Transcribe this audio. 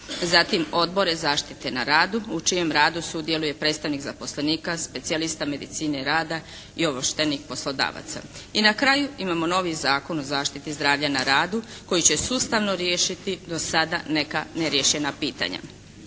zatim Odbore zaštite na radu u čijem radu sudjeluje predstavnik zaposlenika, specijalista medicine rada i ovlaštenik poslodavaca. I na kraju imamo novi Zakon o zaštiti zdravlja na radu koji će sustavno riješiti do sada neka neriješena pitanja.